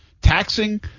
taxing